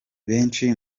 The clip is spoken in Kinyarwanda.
benshi